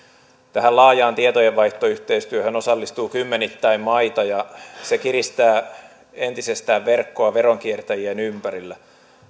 tähän laajaan tietojenvaihtoyhteistyöhön osallistuu kymmenittäin maita ja se kiristää entisestään verkkoa veronkiertäjien ympärillä